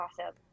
awesome